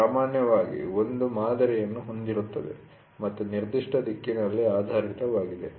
ಇದು ಸಾಮಾನ್ಯವಾಗಿ ಒಂದು ಮಾದರಿಯನ್ನು ಹೊಂದಿರುತ್ತದೆ ಮತ್ತು ನಿರ್ದಿಷ್ಟ ದಿಕ್ಕಿನಲ್ಲಿ ಆಧಾರಿತವಾಗಿದೆ